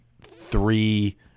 three